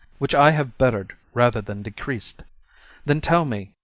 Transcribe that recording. which i have bettered rather than decreas'd then tell me,